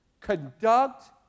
conduct